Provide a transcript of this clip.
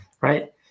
right